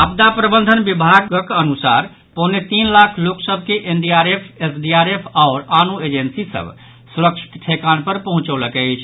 आपदा प्रबंधन विभागक अनुसार पौने तीन लाख लोक सभ के एनडीआरएफ एसडीआरएफ आओर आनो एजेंसी सभ सुरक्षित ठेकान पर पहुंचौलक अछि